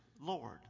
Lord